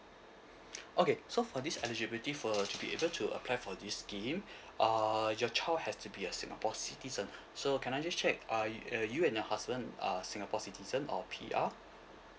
okay so for this eligibility for to be able to apply for this scheme uh your child has to be a singapore citiezen so can I just check uh you and your husband are singapore citizen or P_R